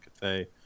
cafe